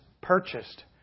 purchased